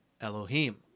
Elohim